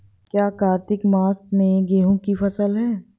क्या कार्तिक मास में गेहु की फ़सल है?